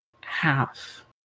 half